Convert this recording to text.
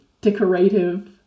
decorative